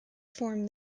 form